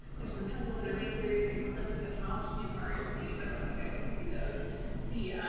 there's some pencils and erasers and clips and how cute are these! i don't know if you guys can see those the,